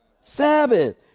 Sabbath